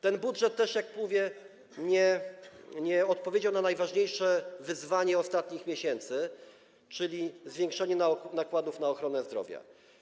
Ten budżet, jak mówię, nie odpowiedział na najważniejsze wyzwanie ostatnich miesięcy, czyli zwiększenie nakładów na ochronę zdrowia.